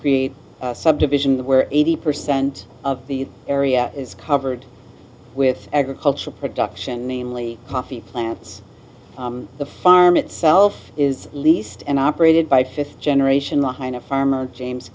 create a subdivision where eighty percent of the area is covered with agricultural production namely coffee plants the farm itself is least and operated by fifth generation the hind of farmer james